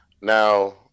now